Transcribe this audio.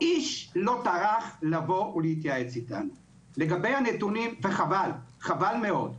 איש לא טרח לבוא ולהתייעץ אתנו, וחבל, חבל מאוד.